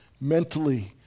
mentally